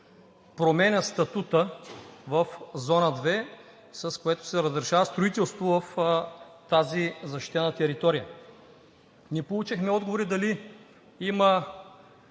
променя статута в Зона 2, с което се разрешава строителство в тази защитена територия. Не получихме отговори дали има